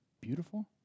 beautiful